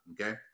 okay